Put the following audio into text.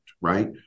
right